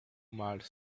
male